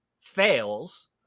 fails